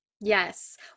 Yes